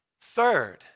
Third